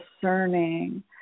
discerning